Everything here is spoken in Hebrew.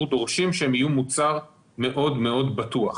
דורשים שהם יהיו מוצר מאוד מאוד בטוח.